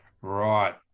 Right